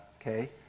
okay